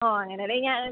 ഓ അങ്ങനെ അല്ലേ ഞാൻ